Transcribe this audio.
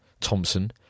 Thompson